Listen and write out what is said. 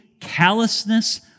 callousness